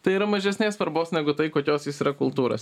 tai yra mažesnės svarbos negu tai kokios jis yra kultūros